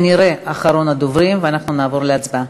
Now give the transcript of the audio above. הוא כנראה אחרון הדוברים, ואנחנו נעבור להצבעה.